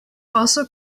also